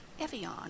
Evian